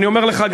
אני אומר לך,